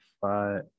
five